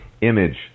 image